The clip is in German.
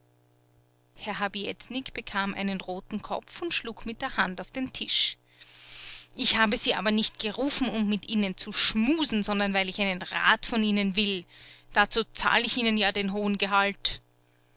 herr habietnik bekam einen roten kopf und schlug mit der hand auf den tisch ich habe sie aber nicht gerufen um mit ihnen zu schmusen sondern weil ich einen rat von ihnen will dazu zahl ich ihnen ja den hohen gehalt